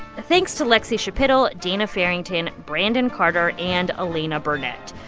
thanks to lexie schapitl, dana farrington, brandon carter and elena burnett.